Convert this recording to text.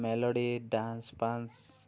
melody dance ପାନ୍ସ